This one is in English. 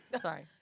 Sorry